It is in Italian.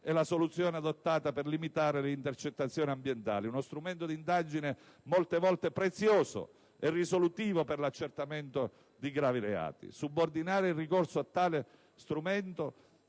è la soluzione adottata per limitare le intercettazioni ambientali, uno strumento di indagine molte volte prezioso e risolutivo per l'accertamento di gravi reati. Subordinare il ricorso a tale strumento